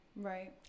Right